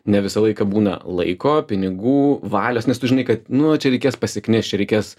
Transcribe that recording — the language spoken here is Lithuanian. ne visą laiką būna laiko pinigų valios nes tu žinai kad nu va čia reikės pasiknist čia reikės